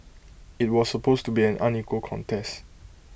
IT was supposed to be an unequal contest